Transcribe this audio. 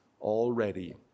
already